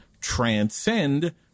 transcend